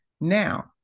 Now